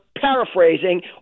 paraphrasing